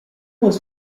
was